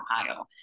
Ohio